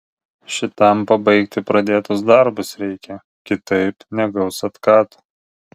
šitam pabaigti pradėtus darbus reikia kitaip negaus atkato